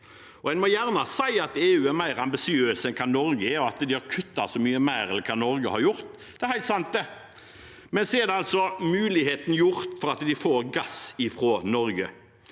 En må gjerne si at EU er mer ambisiøse enn Norge er, og at de har kuttet så mye mer enn Norge har gjort. Det er helt sant, men de er altså gitt muligheten fordi de får gass fra Norge.